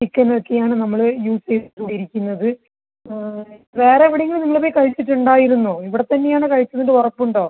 chicken ഒക്കെ ആണ് നമ്മള് യൂസ് ചെയ്തുകൊണ്ടിരിക്കുന്നത് വേറെ എവിടെയെങ്കിലും നിങ്ങൾ പോയി കഴിച്ചിട്ടുണ്ടായിരുന്നോ ഇവിടത്തന്നെ ആണ് കഴിച്ചതെന്ന് ഉറപ്പ് ഉണ്ടോ